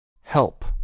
Help